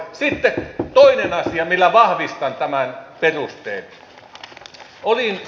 sitten toinen asia millä vahvistan tämän perusteen